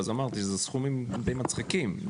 אז אמרתי שאלה סכומים די מצחיקים.